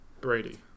Brady